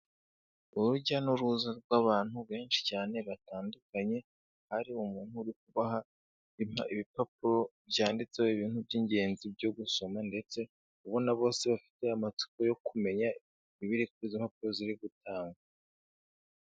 Urujya n'uruza rw'abantu benshi cyane batandukanye, hari umuntu uri kubaha ibipapuro byanditseho ibintu by'ingenzi byo gusoma ndetse ubona bose bafite amatsiko yo kumenya ibiri kuri izo mpapuro ziri gutangwa.